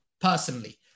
personally